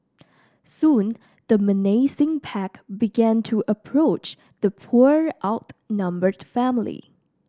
soon the menacing pack began to approach the poor outnumbered family